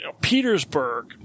Petersburg